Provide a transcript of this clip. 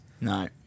No